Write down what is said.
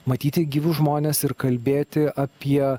matyti gyvus žmones ir kalbėti apie